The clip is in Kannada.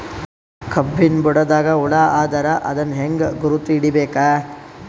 ಕಬ್ಬಿನ್ ಬುಡದಾಗ ಹುಳ ಆದರ ಅದನ್ ಹೆಂಗ್ ಗುರುತ ಹಿಡಿಬೇಕ?